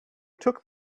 took